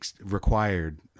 required